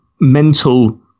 mental